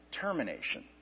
termination